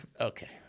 Okay